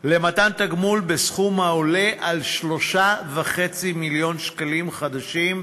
למתן תגמול בסכום העולה על 3.5 מיליון שקלים חדשים בשנה.